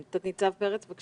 רק